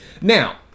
Now